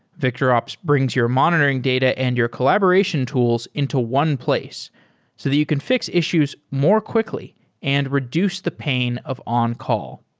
victorops brings your monitoring data and your collaboration tools into one place so that you can fix issues more quickly and reduce the pain of on-call.